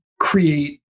create